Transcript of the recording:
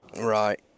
Right